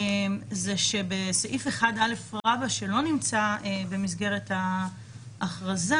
זה סעיף 1א, שלא נמצא במסגרת ההכרזה.